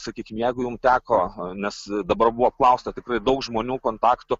sakykim jeigu jum teko nes dabar buvo apklausta tikrai daug žmonių kontaktų